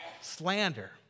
slander